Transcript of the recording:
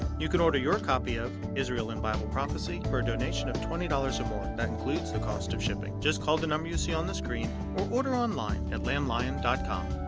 you can order your copy of israel in bible prophecy for a donation of twenty dollars or more that includes the cost of shipping. just call the number you see on the screen or order on-line at lamblion dot com